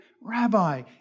Rabbi